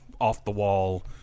off-the-wall